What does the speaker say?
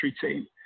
team